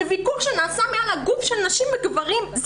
זה ויכוח שנעשה מעל הגוף של נשים וגברים,